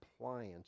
compliance